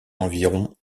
environ